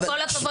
עם כל הכבוד,